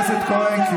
חבר הכנסת כהן.